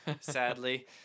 sadly